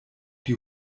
die